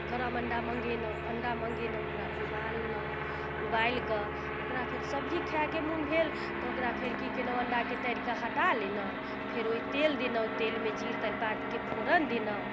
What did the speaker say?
तऽ गरम अंडा मंगेलहुँ अंडा मंगेलहुँ ओकरा उबाललहुँ उबालि कऽ ओकरा फेर सब्जी खाएके मन भेल तऽ ओकरा फेर की कयलहुँ अंडाके तरि कऽ हटा लेलहुँ फेर ओहि तेल देलहुँ तेलमे जीर तैजपातके फोरन देलहुँ